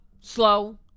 slow